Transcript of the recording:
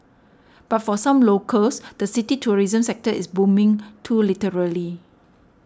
but for some locals the city's tourism sector is booming too literally